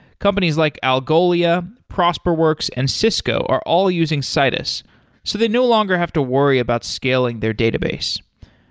companies like algolia, prosperworks and cisco are all using citus so they no longer have to worry about scaling their database.